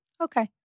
Okay